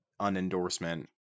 unendorsement